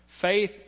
Faith